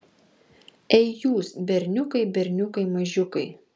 ei jūs berniukai berniukai mažiukai